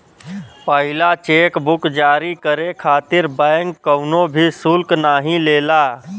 पहिला cheque book जारी करे खातिर बैंक कउनो भी शुल्क नाहीं लेला